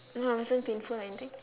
wasn't painful or anything